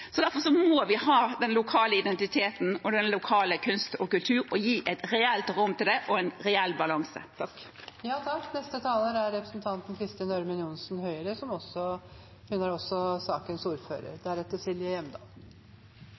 Så det gjelder å se hele landet. Det er altså like langt herfra til Roma som herfra og opp. Derfor må vi ha den lokale identiteten og den lokale kunst og kultur, og vi må gi et reelt rom til det og en reell balanse. Ja, meldingen signaliserer kulturløft. Der er jeg nok uenig med representanten